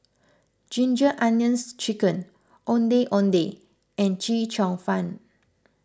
Ginger Onions Chicken Ondeh Ondeh and Chee Cheong Fun